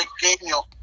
pequeño